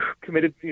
committed